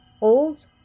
Old